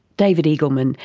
david eagleman,